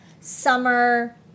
summer